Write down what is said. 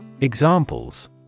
Examples